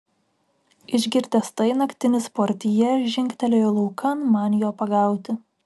išgirdęs tai naktinis portjė žingtelėjo laukan man jo pagauti